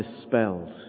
dispelled